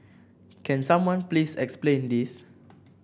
can someone please explain this